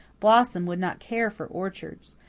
blossom would not care for orchards.